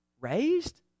raised